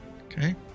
Okay